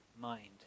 mind